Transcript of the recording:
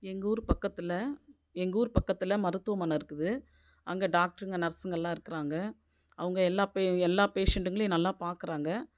எங்கள் ஊர் பக்கத்தில் எங்கள் ஊர் பக்கத்தில் மருத்துவமனை இருக்குது அங்கே டாக்ருங்க நர்ஸுங்கள்லாம் இருக்காங்க அவங்க எல்லா பே எல்லா பேஷண்ட்டுங்களையும் நல்லா பார்க்குறாங்க